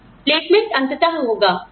placement अंततः होगा